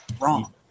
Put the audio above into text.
wrong